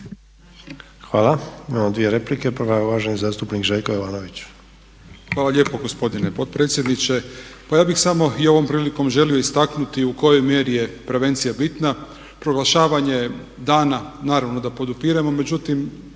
Hvala. Imamo dvije replike. Prva je uvaženi zastupnik Željko Jovanović. **Jovanović, Željko (SDP)** Hvala lijepo gospodine potpredsjedniče. Pa ja bih samo i ovom prilikom želio istaknuti u kojoj mjeri je prevencija bitna. Proglašavanje dana naravno da podupiremo, međutim,